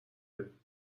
داریم